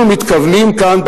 אנחנו מתכוונים כאן,